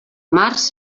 març